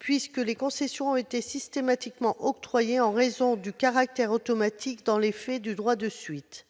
portée, les concessions ayant été systématiquement octroyées en raison du caractère automatique, dans les faits, du droit de suite.